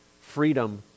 freedom